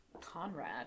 Conrad